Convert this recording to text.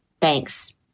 Thanks